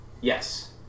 Yes